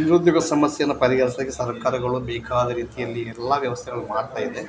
ನಿರುದ್ಯೋಗ ಸಮಸ್ಯೆಯನ್ನು ಪರಿಹರ್ಸೋಕ್ಕೆ ಸರಕಾರಗಳು ಬೇಕಾದ ರೀತಿಯಲ್ಲಿ ಎಲ್ಲ ವ್ಯವಸ್ಥೆಗಳ್ನ ಮಾಡ್ತಾಯಿದೆ